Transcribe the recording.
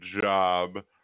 job